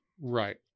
right